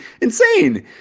insane